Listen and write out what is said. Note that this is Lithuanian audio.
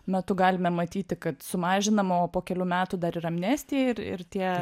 metu galime matyti kad sumažinama o po kelių metų dar ir amnestija ir ir tie